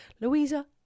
Louisa